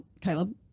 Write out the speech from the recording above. Caleb